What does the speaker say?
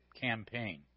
campaign